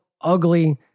ugly